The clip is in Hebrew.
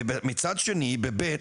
ומצד שני ב- ב',